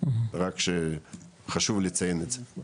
רק שחשוב לציין את זה.